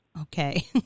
Okay